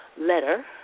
letter